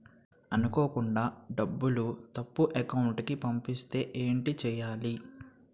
అనుకోకుండా డబ్బులు తప్పు అకౌంట్ కి పంపిస్తే ఏంటి చెయ్యాలి?